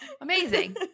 Amazing